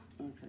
Okay